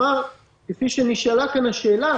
כפי שנשאלה כאן השאלה